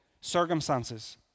circumstances